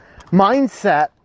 mindset